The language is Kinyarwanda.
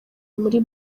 muri